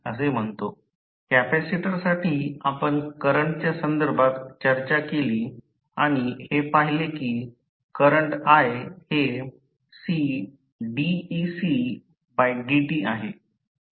54 कॅपेसिटरसाठी आपण करंटच्या संदर्भात चर्चा केली आणि हे पहिले कि करंट i हे CdeCdt आहे